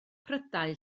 prydau